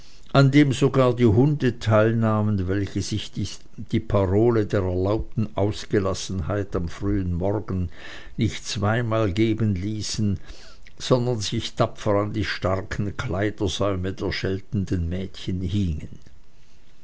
an dem sogar die hunde teilnahmen welche sich die parole der erlaubten ausgelassenheit am frühen morgen nicht zweimal geben ließen sondern sich tapfer an die starken kleidersäume der scheltenden mädchen hingen